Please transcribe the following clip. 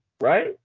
right